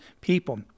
people